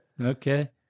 Okay